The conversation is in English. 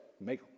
make